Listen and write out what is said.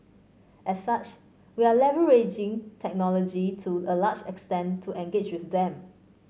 as such we are leveraging technology to a large extent to engage with them